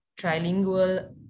trilingual